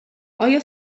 آیا